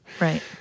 Right